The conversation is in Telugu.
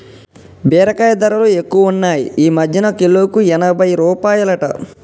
బీరకాయ ధరలు ఎక్కువున్నాయ్ ఈ మధ్యన కిలోకు ఎనభై రూపాయలట